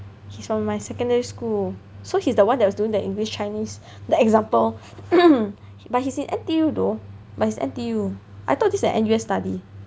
he's from my secondary school so he's the one that was doing the English Chinese the example but he's in N_T_U though but he's N_T_U I thought this was an N_U_S study